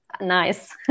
nice